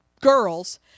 girls